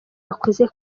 bakuze